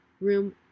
room